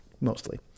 Mostly